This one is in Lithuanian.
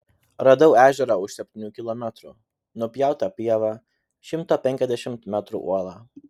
radau ežerą už septynių kilometrų nupjauta pieva šimto penkiasdešimt metrų uola